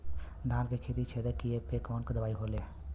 धान के पत्ती छेदक कियेपे कवन दवाई होई?